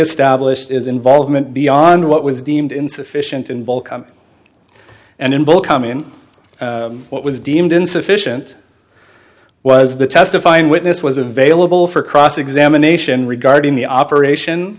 established is involvement beyond what was deemed insufficient in bulk and in both coming in what was deemed insufficient was the testifying witness was available for cross examination regarding the operation